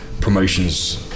promotions